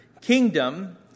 kingdom